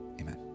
amen